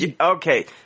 okay